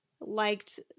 liked